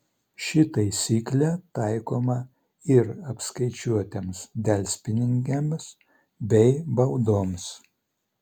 ši taisyklė taikoma ir apskaičiuotiems delspinigiams bei baudoms